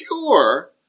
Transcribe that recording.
pure